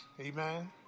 Amen